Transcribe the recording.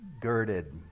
girded